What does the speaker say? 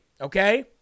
okay